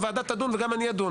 הוועדה תדון וגם אני אדון.